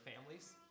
families